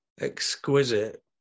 exquisite